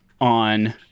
on